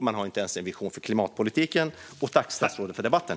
Man har inte ens en vision för klimatpolitiken. Jag tackar statsrådet för debatten.